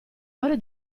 ore